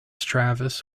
travis